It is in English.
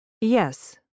Yes